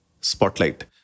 spotlight